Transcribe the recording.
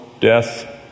death